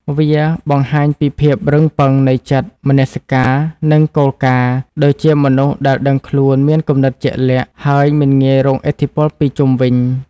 វាបង្ហាញពីភាពរឹងប៉ឹងនៃចិត្ត មនសិការ និងគោលការណ៍ ដូចជាមនុស្សដែលដឹងខ្លួន មានគំនិតជាក់លាក់ ហើយមិនងាយរងឥទ្ធិពលពីជុំវិញ។